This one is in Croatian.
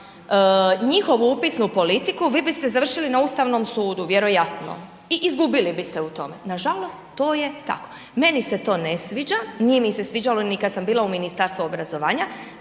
njihovu upisnu politiku vi biste završili na Ustavnom sudu vjerojatno i izgubili biste u tome. Nažalost to je tako. Meni se to ne sviđa, nije mi se sviđalo ni kada sam bila u Ministarstvu obrazovanja.